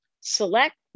select